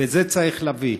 ואת זה צריך להבין.